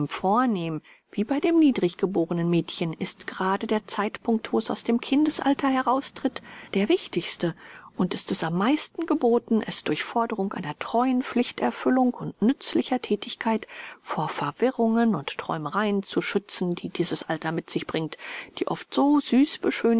vornehm wie bei dem niedrig gebornen mädchen ist grade der zeitpunkt wo es aus dem kindesalter heraustritt der wichtigste und ist es am meisten geboten es durch forderung einer treuen pflichterfüllung und nützlicher thätigkeit vor verirrungen und träumereien zu schützen die dieses alter mit sich bringt die oft so süß